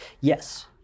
Yes